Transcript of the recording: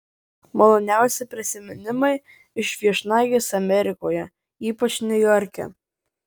maloniausi prisiminimai iš viešnagės amerikoje ypač niujorke